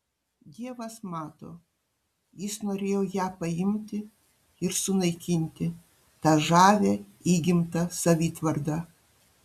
dievas mato jis norėjo ją paimti ir sunaikinti tą žavią įgimtą savitvardą